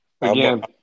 again